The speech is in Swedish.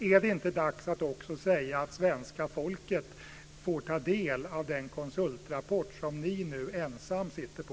Är det inte dags att också säga att svenska folket får ta del av den konsultrapport som ni nu ensamma sitter på?